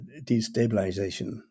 destabilization